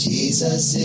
Jesus